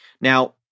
Now